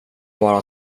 bara